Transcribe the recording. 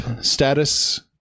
status